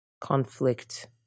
conflict